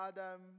Adam